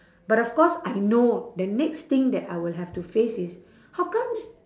but of course I know the next thing that I will have to face is how come